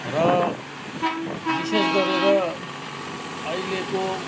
र विशेष गरेर अहिलेको